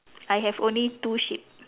I have only two sheep